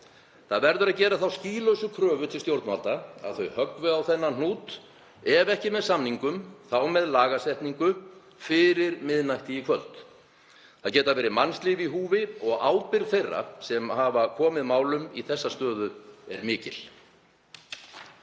Það verður að gera þá skýlausu kröfu til stjórnvalda að þau höggvi á þennan hnút, ef ekki með samningum þá með lagasetningu fyrir miðnætti í kvöld. Mannslíf geta verið í húfi og ábyrgð þeirra sem komið hafa málum í þessa stöðu er mikil.